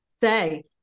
say